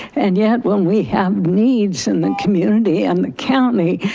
and yet when we have needs in the community and the county,